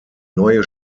neue